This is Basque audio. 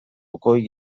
goi